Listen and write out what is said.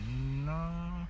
No